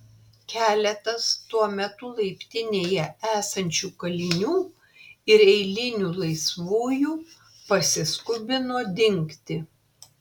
keletas tuo metu laiptinėje esančių kalinių ir eilinių laisvųjų pasiskubino dingti